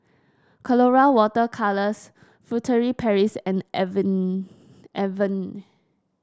Colora Water Colours Furtere Paris and Avene Avene